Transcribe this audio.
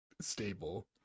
stable